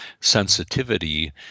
sensitivity